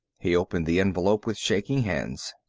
he opened the envelope with shaking hands.